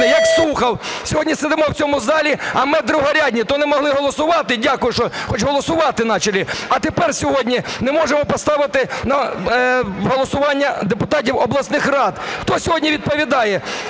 як Сухов. Сьогодні сидимо в цьому залі, а ми другорядні. То не могли голосувати, дякую, що хоч голосувати начали, а тепер сьогодні не можемо поставити на голосування депутатів обласних рад. Хто сьогодні відповідає?